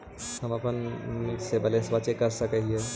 हम अपने से बैलेंस चेक कर सक हिए?